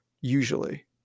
usually